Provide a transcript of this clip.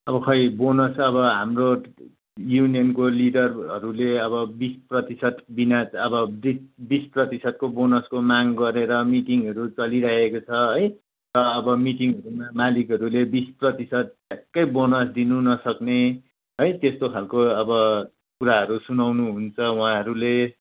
अब खोइ बोनस अब हाम्रो युनियनको लिडरहरूले अब बिस प्रतिशत बिना अब बि बिस प्रतिशतको बोनसको माग गरेर मिटिङहरू चलिरहेको छ है र अब मिटिङहरूमा मालिकहरूले बिस प्रतिशत ठ्यक्कै बोनस दिनु नसक्ने है त्यस्तो खालको अब कुराहरू सुनाउनुहुन्छ उहाँहरूले